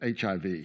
HIV